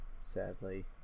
sadly